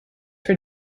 for